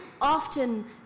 often